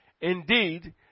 Indeed